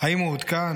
/ האם הוא עוד כאן?